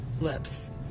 lips